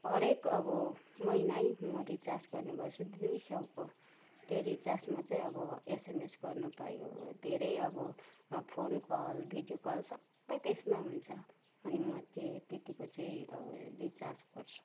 हरेक अब महिनै म रिचार्ज गर्ने गर्छु दुई सौको त्यो रिचार्जमा चाहिँ अब एसएमएस गर्न पायो हो धेरै अब फोन कल भिडियो कल सबै त्यसमा हुन्छ अनि म त्यही त्यतिको चाहिँ रिचार्ज गर्छु